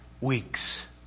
weeks